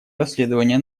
расследование